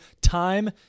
Time